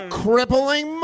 crippling